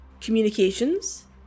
communications